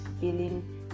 feeling